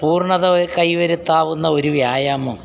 പൂർണ്ണത കൈവരുത്താവുന്ന ഒരു വ്യായാമം